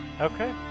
okay